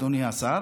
אדוני השר,